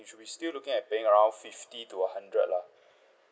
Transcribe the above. you should be still be looking at paying around fifty to a hundred lah